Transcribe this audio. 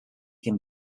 can